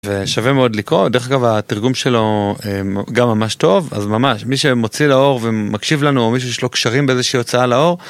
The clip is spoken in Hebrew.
ושווה מאוד לקרוא, דרך אגב התרגום שלו גם ממש טוב, אז ממש, מי שמוציא לאור ומקשיב לנו, או מי שיש לו קשרים באיזושהי הוצאה לאור.